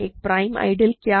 एक prime ideal क्या है